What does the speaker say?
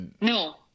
No